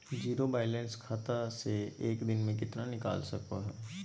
Zero balance खाता से एक दिन में कितना निकाल सको है?